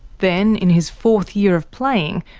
then, in his fourth year of playing,